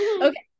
Okay